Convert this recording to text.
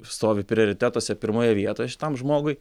stovi prioritetuose pirmoje vietoj šitam žmogui